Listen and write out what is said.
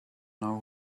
know